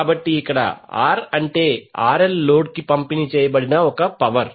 కాబట్టి ఇక్కడ R అంటే RL లోడ్కి పంపిణీ చేయబడిన పవర్